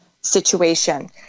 situation